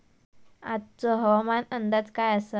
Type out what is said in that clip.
आजचो हवामान अंदाज काय आसा?